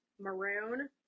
Maroon